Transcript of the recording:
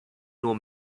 nur